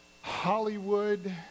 Hollywood